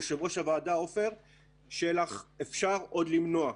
יושב-ראש הוועדה עפר שלח, אפשר עוד למנוע.